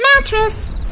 mattress